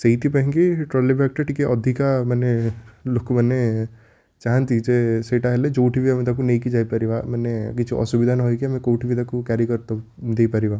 ସେଇଥିପାଇଁକି trolley ବ୍ୟାଗ୍ଟା ଟିକିଏ ଅଧିକା ମାନେ ଲୋକମାନେ ଚାହାଁନ୍ତି ଯେ ସେଇଟା ହେଲେ ଯେଉଁଠିକି ଆମେ ତାକୁ ନେଇକି ଯାଇପାରିବା ମାନେ କିଛି ଅସୁବିଧା ନହେଇକି ଆମେ କେଉଁଠି ବି ତାକୁ କ୍ୟାରି କରି ତାକୁ ଦେଇପାରିବା